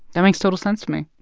that makes total sense to me.